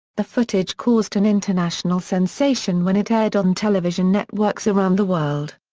the footage caused an international sensation when it aired on television networks around the world.